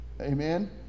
Amen